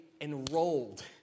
enrolled